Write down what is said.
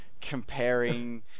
comparing